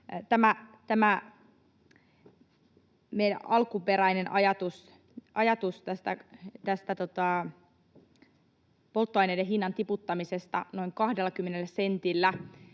alkuperäinen ajatus polttoaineiden hinnan tiputtamisesta noin 20 sentillä